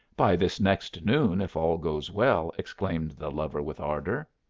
by this next noon, if all goes well! exclaimed the lover with ardour.